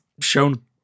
shown